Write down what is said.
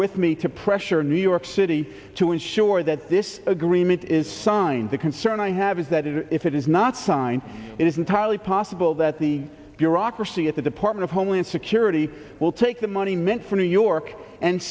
with me to pressure new york city to ensure that this agreement is signed the concern i have is that if it is not signed it is entirely possible that the bureaucracy at the department of homeland security will take the money meant for new york and